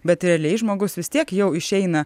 bet realiai žmogus vis tiek jau išeina